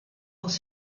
pels